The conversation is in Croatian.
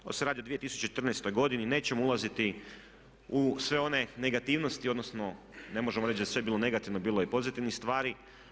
Ovdje se radi o 2014. godini, nećemo ulaziti u sve one negativnosti, odnosno ne možemo reći da je sve bilo negativno, bilo je i pozitivnih stvari.